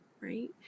right